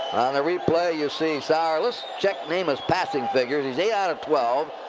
on the replay, you see sauer let's check namath's passing figures. he's eight out of twelve.